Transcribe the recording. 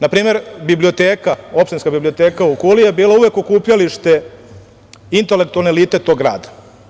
Na primer, biblioteka, opštinska biblioteka u Kuli je bila uvek okupljalište intelektualne elite tog grada.